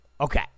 Okay